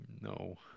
No